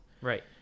Right